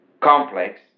complex